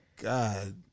God